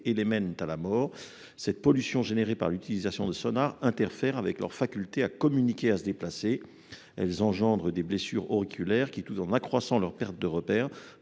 et les mènent à la mort. Cette pollution générée par l'utilisation de sonars interfère avec leur faculté à communiquer et à se déplacer. Elle engendre des blessures oculaires, qui, tout en accroissant leur perte de repères,